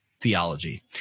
theology